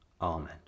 Amen